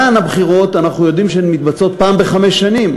אנחנו יודעים שכאן הבחירות מתבצעות פעם בחמש שנים,